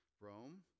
Rome